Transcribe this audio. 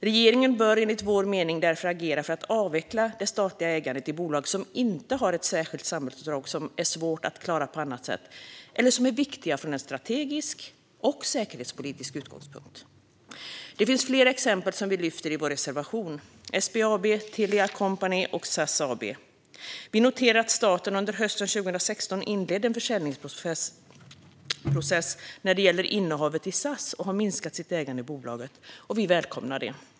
Regeringen bör enligt vår mening därför agera för att avveckla det statliga ägandet i bolag som inte har ett särskilt samhällsuppdrag som är svårt att klara på annat sätt eller som är viktiga från en strategisk och säkerhetspolitisk utgångspunkt. Det finns flera exempel som vi lyfter fram i vår reservation: SBAB, Telia Company AB och SAS AB. Vi noterar att staten under hösten 2016 inledde en försäljningsprocess när det gällde innehavet i SAS och har minskat sitt ägande i bolaget. Vi välkomnar det.